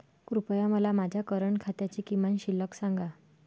कृपया मला माझ्या करंट खात्याची किमान शिल्लक सांगा